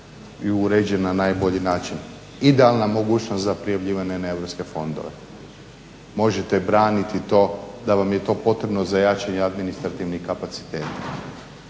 i uređena na najbolji način, idealna mogućnost za prijavljivanje na EU fondove. Možete braniti to da vam je to potrebno za jačanje administrativnih kapaciteta,